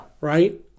Right